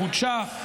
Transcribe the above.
היא חודשה.